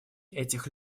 этих